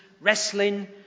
wrestling